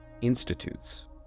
institutes